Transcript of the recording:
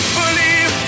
believe